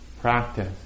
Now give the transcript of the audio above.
practice